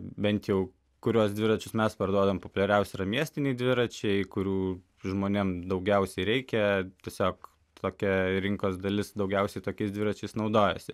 bent jau kurios dviračius mes parduodam populiariausi yra miestiniai dviračiai kurių žmonėms daugiausiai reikia tiesiog tokia rinkos dalis daugiausiai tokiais dviračiais naudojasi